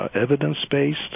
evidence-based